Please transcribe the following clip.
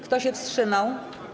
Kto się wstrzymał?